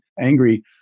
angry